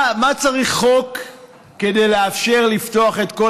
מה צריך חוק כדי לאפשר לפתוח את כל